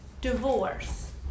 divorce